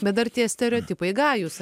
bet ar tie stereotipai gajūs